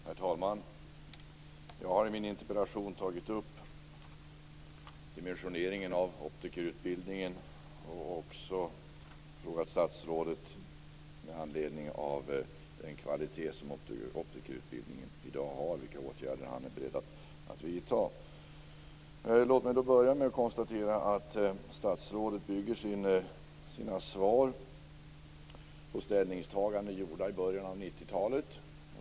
Herr talman! Jag har i min interpellation tagit upp dimensioneringen av optikerutbildningen och också frågat statsrådet, med anledning av den kvalitet som optikerutbildningen i dag har, vilka åtgärder han är beredd att vidta. Låt mig börja med att konstatera att statsrådet bygger sina svar på ställningstaganden gjorda i början av 90-talet.